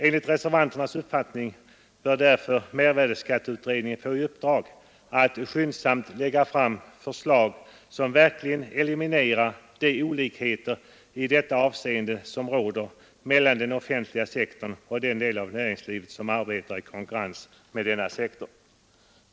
Enligt reservanternas uppfattning bör mervärdeskatteutredningen få i uppdrag att skyndsamt lägga fram förslag som verkligen eliminerar de olikheter i detta avseende som råder mellan den offentliga sektorn och den del av näringslivet som arbetar i konkurrens med denna sektor.